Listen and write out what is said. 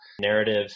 narrative